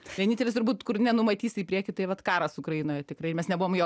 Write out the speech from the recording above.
vienintelis turbūt kur nenumatysi į priekį tai vat karas ukrainoje tikrai mes nebuvom jo